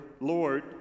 Lord